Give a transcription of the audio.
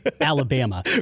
Alabama